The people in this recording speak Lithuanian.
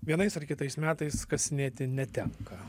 vienais ar kitais metais kasinėti netenka